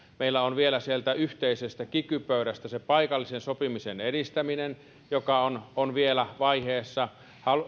meillä on sieltä yhteisestä kiky pöydästä se paikallisen sopimisen edistäminen vielä vaiheessa